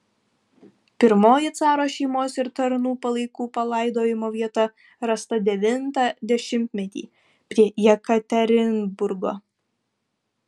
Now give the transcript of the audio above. pirmoji caro šeimos ir tarnų palaikų palaidojimo vieta rasta devintą dešimtmetį prie jekaterinburgo